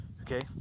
okay